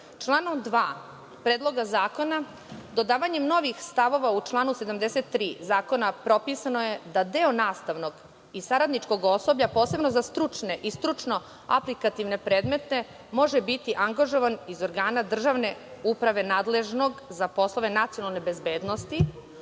2. Predloga zakona, dodavanjem novih stavova u članu 73. Zakona, propisano je da deo nastavnog i saradničkog osoblja, posebno za stručne i stručno aplikativne predmete, može biti angažovan iz organa državne uprave nadležnog za poslove nacionalne bezbednosti